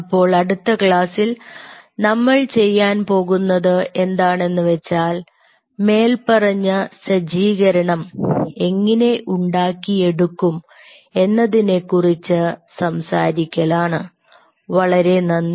അപ്പോൾ അടുത്ത ക്ലാസ്സിൽ നമ്മൾ ചെയ്യാൻ പോകുന്നത് എന്താണെന്ന് വെച്ചാൽ മേൽപ്പറഞ്ഞ സജ്ജീകരണം എങ്ങിനെ ഉണ്ടാക്കി എടുക്കും എന്നതിനെ കുറിച്ച് സംസാരിക്കൽ ആണ്